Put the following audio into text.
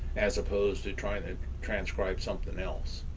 as opposed to trying to transcribe something else.